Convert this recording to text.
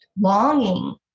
longing